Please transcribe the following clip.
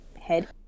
head